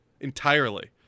entirely